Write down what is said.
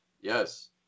Yes